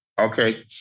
Okay